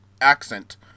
accent